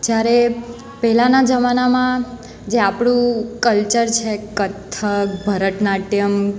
જ્યારે પહેલાંના જમાનામાં જે આપણું કલ્ચર છે કથક ભરત નાટ્યમ